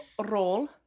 roll